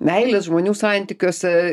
meilės žmonių santykiuose